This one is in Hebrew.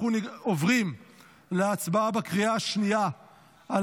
אנחנו עוברים להצבעה בקריאה השנייה על